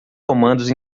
comandos